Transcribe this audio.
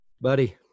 Buddy